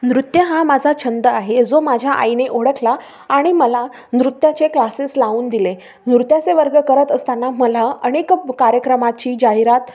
नृत्य हा माझा छंद आहे जो माझ्या आईने ओळखला आणि मला नृत्याचे क्लासेस लावून दिले नृत्याचे वर्ग करत असताना मला अनेक कार्यक्रमाची जाहिरात